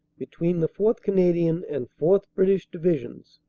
between the fourth. canadian and fourth. british divisions,